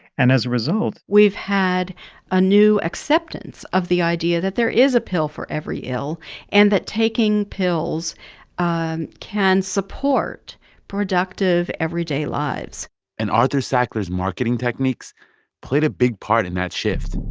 and as a result. we've had a new acceptance of the idea that there is a pill for every ill and that taking pills and can support productive everyday lives and arthur sackler's marketing techniques played a big part in that shift